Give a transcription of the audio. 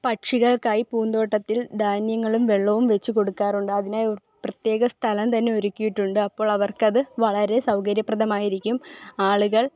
പക്ഷികള്ക്കായി പൂന്തോട്ടത്തില് ധാന്യങ്ങളും വെള്ളവും വെച്ചുകൊടുക്കാറുണ്ട് അതിനായി പ്രത്യേക സ്ഥലം തന്നെ ഒരുക്കിയിട്ടുണ്ട് അപ്പോള് അവര്ക്കത് വളരെ സൗകര്യപ്രദമായിരിക്കും ആളുകള്